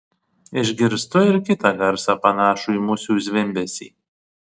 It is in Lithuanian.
išgirstu ir kitą garsą panašų į musių zvimbesį